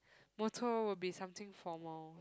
motto will be something formal